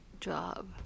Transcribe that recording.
Job